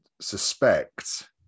suspect